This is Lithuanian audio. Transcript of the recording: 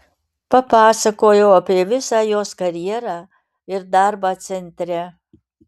papasakojau apie visą jos karjerą ir darbą centre